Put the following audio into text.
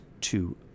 two